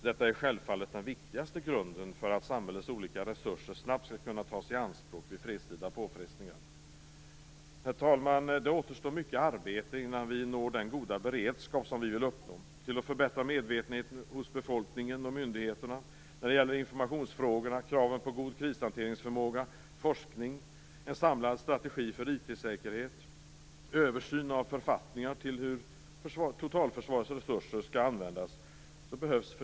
Detta är självfallet den viktigaste grunden för att samhällets olika resurser snabbt skall kunna tas i anspråk vid fredstida påfrestningar. Herr talman! Det återstår mycket arbete innan vi når den goda beredskap vi vill uppnå. Det behövs fördjupade studier och analyser på en rad delområden för att förbättra medvetenheten hos befolkningen och myndigheterna när det gäller informationsfrågorna, kraven på god förmåga att hantera kriser, forskning, en samlad strategi för IT-säkerhet och översyn av författningar till hur totalförsvarets resurser skall användas.